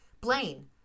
Blaine